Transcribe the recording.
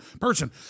person